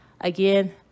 Again